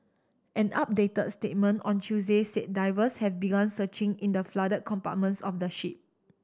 an updated statement on Tuesday said divers have begun searching in the flooded compartments of the ship